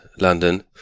London